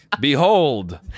behold